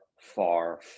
far